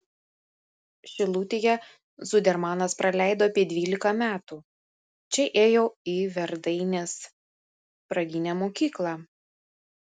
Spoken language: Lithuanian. šilutėje zudermanas praleido apie dvylika metų čia ėjo į verdainės pradinę mokyklą